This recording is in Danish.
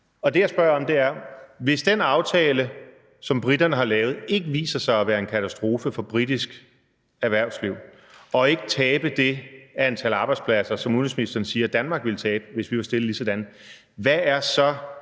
Det, jeg spørger om, er: Hvis den aftale, som briterne har lavet, ikke viser sig at være en katastrofe for britisk erhvervsliv, og man ikke taber det antal arbejdspladser, som udenrigsministeren siger Danmark ville tabe, hvis vi var stillet sådan, hvad er så